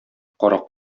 карак